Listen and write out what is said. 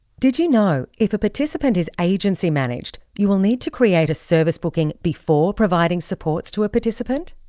did you know, if a participant is agency managed, you will need to create a service booking before providing supports to a participant?